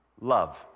love